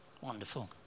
Wonderful